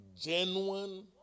genuine